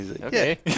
Okay